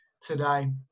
today